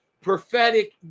prophetic